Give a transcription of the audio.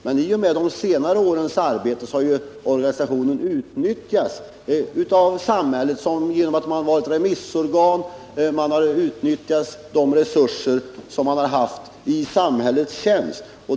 Men i och med de senare årens arbete har organisationen utnyttjats av samhället. Genom att den har varit remissorgan har dess resurser utnyttjats i samhällets tjänst.